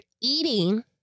eating